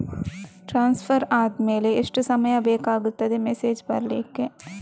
Transfer ಆದ್ಮೇಲೆ ಎಷ್ಟು ಸಮಯ ಬೇಕಾಗುತ್ತದೆ ಮೆಸೇಜ್ ಬರ್ಲಿಕ್ಕೆ?